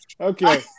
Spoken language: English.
Okay